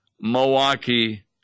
Milwaukee